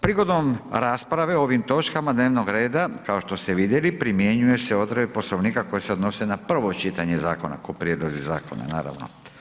Prigodom rasprave o ovim točkama dnevnog reda, kao što ste vidjeli, primjenjuje se odredba Poslovnika koje se odnose na prvo čitanje zakona ko prijedlozi zakona naravno.